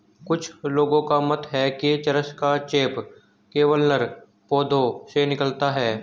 कुछ लोगों का मत है कि चरस का चेप केवल नर पौधों से निकलता है